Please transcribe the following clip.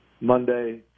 Monday